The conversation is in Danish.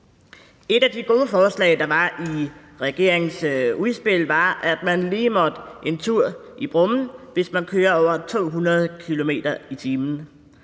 Et af de gode forslag, der var i regeringens udspil, var, at man lige måtte en tur i brummen, hvis man kører over 200 km/t.,